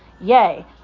Yay